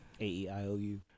A-E-I-O-U